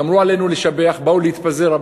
גמרו "עלינו לשבח", באו להתפזר.